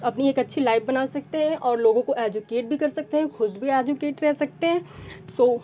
अपनी एक अच्छी लाइफ बना सकते हैं और लोगों को एजुकेट भी कर सकते हैं खुद भी एजुकेत रह सकते हैं सो